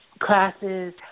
classes